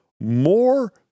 more